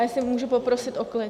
A jestli můžu poprosit o klid?